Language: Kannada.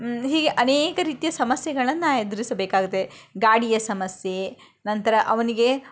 ಹೀಗೆ ಅನೇಕ ರೀತಿಯ ಸಮಸ್ಯೆಗಳನ್ನು ಎದುರಿಸಬೇಕಾಗುತ್ತೆ ಗಾಡಿಯ ಸಮಸ್ಯೆ ನಂತರ ಅವನಿಗೆ